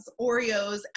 Oreos